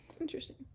interesting